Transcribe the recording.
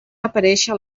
aparèixer